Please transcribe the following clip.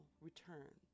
return